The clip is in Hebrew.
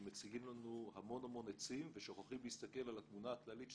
שמציגים לנו המון המון עצים ושוכחים להסתכל על התמונה הכללית,